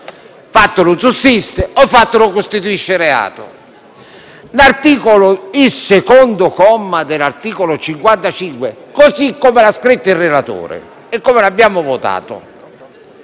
fatto non sussiste o il fatto non costituisce reato. Il secondo comma dell'articolo 55 - così come lo ha scritto il relatore e come l'abbiamo votato